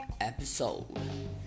episode